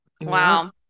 Wow